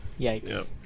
Yikes